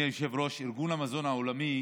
ארגון המזון העולמי